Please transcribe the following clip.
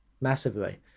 massively